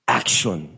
action